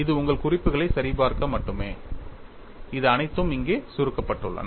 இது உங்கள் குறிப்புகளை சரிபார்க்க மட்டுமே இது அனைத்தும் இங்கே சுருக்கப்பட்டுள்ளன